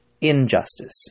injustice